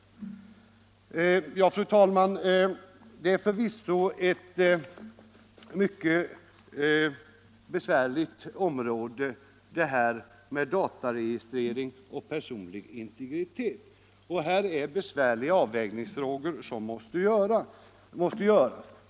Fru talman! Förvisso är dataregistrering och personlig integritet ett mycket besvärligt område — svåra avvägningar måste göras.